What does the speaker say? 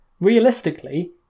Realistically